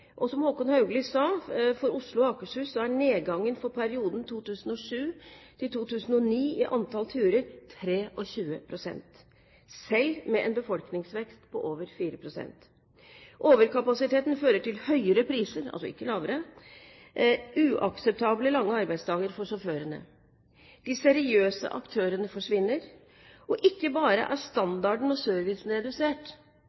Og som Håkon Haugli sa: For Oslo og Akershus er nedgangen for perioden 2007–2009 i antall turer på 23 pst., selv med en befolkningsvekst på over 4 pst. Overkapasiteten fører til høyere priser – altså ikke lavere – og uakseptable lange arbeidsdager for sjåførene. De seriøse aktørene forsvinner, og ikke bare er